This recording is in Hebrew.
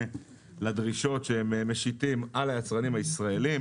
לדרישות שהם משיתים על היצרנים הישראלים,